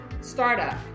Startup